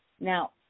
Now